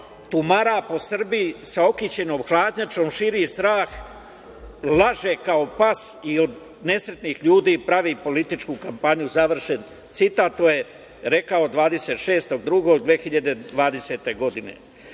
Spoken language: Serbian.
tumara po Srbiji sa okićenom hladnjačom, širi strah, laže kao pas i od nesretnih ljudi pravi političku kampanju, završen citat. To je rekao 26. februara 2020.